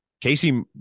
Casey